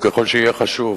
ככל שיהיה חשוב,